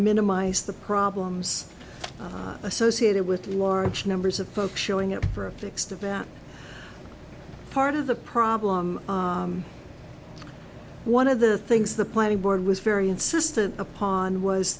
minimize the problems associated with large numbers of folks showing up for a fixed event part of the problem one of the things the planning board was very insistent upon was